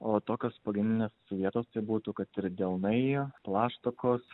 o tokios pagrindinės vietos tai būtų kad ir delnai plaštakos